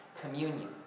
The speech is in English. communion